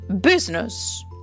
business